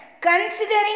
considering